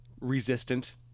resistant